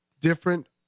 different